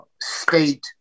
state